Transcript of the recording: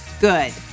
Good